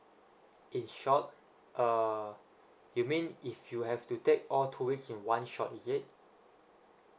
in short uh you mean if you have to take all two weeks in one shot is it